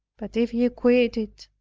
but if ye quit it,